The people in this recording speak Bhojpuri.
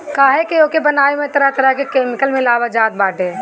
काहे की ओके बनावे में तरह तरह के केमिकल मिलावल जात बाटे